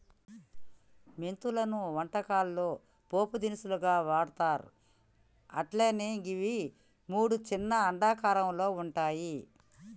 మెంతులను వంటకాల్లో పోపు దినుసుగా వాడ్తర్ అట్లనే గివి మూడు చిన్న అండాకారంలో వుంటయి